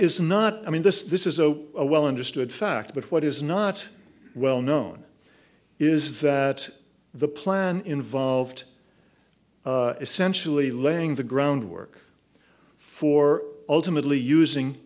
is not i mean this is this is open a well understood fact but what is not well known is that the plan involved essentially laying the groundwork for ultimately using